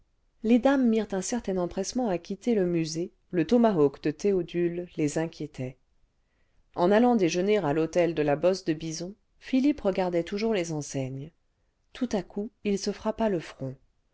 les dames mirent un certain empressement à quitter le musée le tomahawk de théodule les inquiétait en allant déjeuner à l'hôtel de la bosse de biso i philippe regardait toujours les enseignes tout à coup il se frappa le front